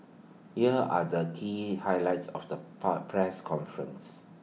here are the key highlights of the pa press conference